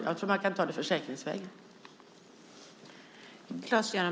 Jag tror att man kan ta det försäkringsvägen.